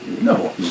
No